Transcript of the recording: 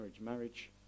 marriage